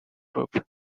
group